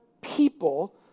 people